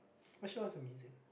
actually what's amazing